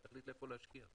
היא תחליט איפה להשקיע.